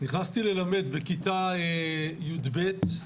נכנסתי ללמד בכיתה י"ב,